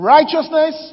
Righteousness